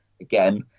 Again